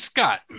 Scott